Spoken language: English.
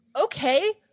okay